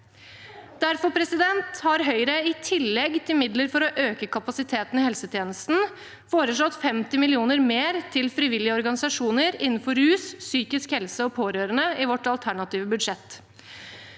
derfor, i tillegg til midler for å øke kapasiteten i helsetjenesten, foreslått 50 mill. kr mer til frivillige organisasjoner innenfor rus, psykisk helse og pårørende i sitt alternative budsjett.